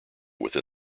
within